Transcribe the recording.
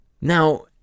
Now